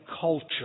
culture